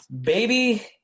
Baby